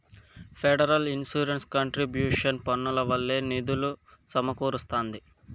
federal insurance contribution పన్నుల వల్లే నిధులు సమకూరస్తాంది